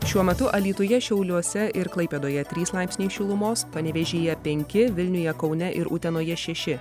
šiuo metu alytuje šiauliuose ir klaipėdoje trys laipsniai šilumos panevėžyje penki vilniuje kaune ir utenoje šeši